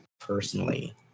personally